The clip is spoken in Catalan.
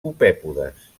copèpodes